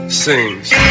sings